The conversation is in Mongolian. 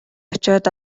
очоод